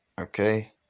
Okay